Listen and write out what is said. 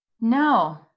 No